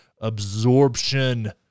absorption